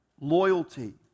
loyalty